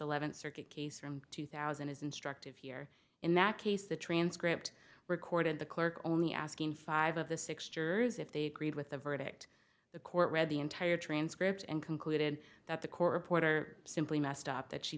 eleventh circuit case from two thousand is instructive here in that case the transcript recorded the clerk only asking five of the six jurors if they agreed with the verdict the court read the entire transcript and concluded that the corp order simply messed up that she